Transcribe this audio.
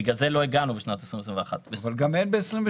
בגלל זה לא הגענו בשנת 2021. אבל גם אין ב-2022,